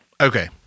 Okay